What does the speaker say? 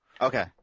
Okay